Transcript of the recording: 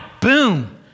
boom